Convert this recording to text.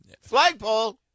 Flagpole